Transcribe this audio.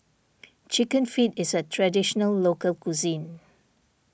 Chicken Feet is a Traditional Local Cuisine